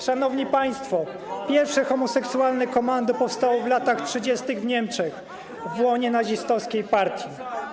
Szanowni państwo, pierwsze homoseksualne komando powstało w latach 30. w Niemczech w łonie nazistowskiej partii.